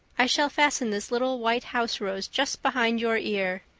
i shall fasten this little white house rose just behind your ear.